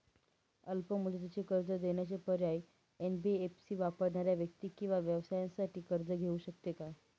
अल्प मुदतीचे कर्ज देण्याचे पर्याय, एन.बी.एफ.सी वापरणाऱ्या व्यक्ती किंवा व्यवसायांसाठी कर्ज घेऊ शकते का?